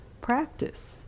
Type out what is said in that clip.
practice